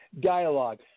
dialogue